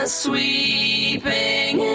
sweeping